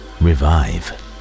revive